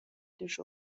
توش